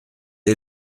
est